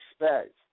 expect